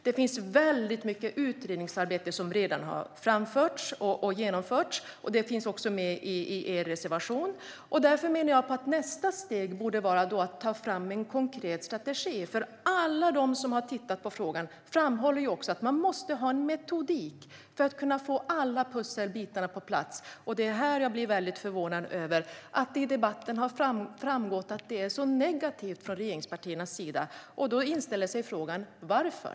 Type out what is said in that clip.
Det finns väldigt mycket utredningsarbete som redan har genomförts. Det finns också med i er reservation. Därför menar jag att nästa steg borde vara att ta fram en konkret strategi. Alla som har tittat på frågan framhåller också att man måste ha en metodik för att kunna få alla pusselbitar på plats. Det är här som jag blir mycket förvånad över att det i debatten har framgått att det är så negativt från regeringspartiernas sida. Då inställer sig frågan: Varför?